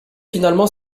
finalement